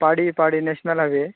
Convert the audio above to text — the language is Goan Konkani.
पाडी पाडी नॅशनल हायव्हे